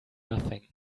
nothing